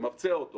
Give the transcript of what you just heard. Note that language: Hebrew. למבצע אותו